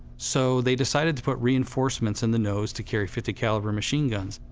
so they decided to put reinforcements in the nose to carry fifty caliber machine guns.